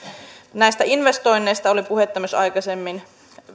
näistä investoinneista oli puhetta myös aikaisemmin